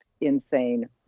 insane